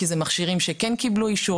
כי זה מכשירים שכן קיבלו אישור,